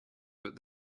but